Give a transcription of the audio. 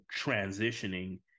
transitioning